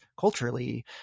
culturally